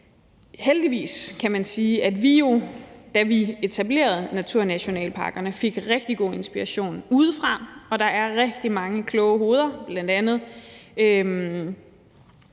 Heldigvis kan man sige, at vi jo, da vi etablerede naturnationalparkerne, fik rigtig god inspiration udefra, og der er rigtig mange kloge hoveder, bl.a.